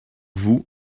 vous